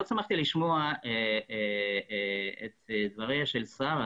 מאוד שמחתי לשמוע את דבריה של שרה